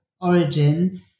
origin